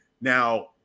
Now